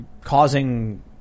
causing –